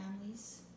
families